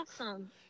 awesome